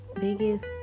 biggest